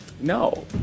No